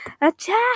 attack